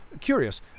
curious